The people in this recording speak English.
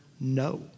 No